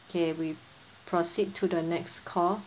okay we proceed to the next call